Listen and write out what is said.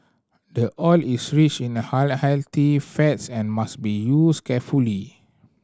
the oil is rich in fats and must be used carefully